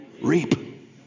reap